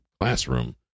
classroom